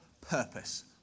purpose